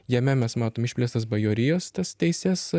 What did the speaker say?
jame mes matom išplėstas bajorijos tas teises